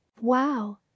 wow